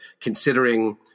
considering